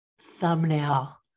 Thumbnail